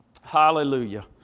Hallelujah